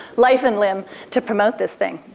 life and limb to promote this thing.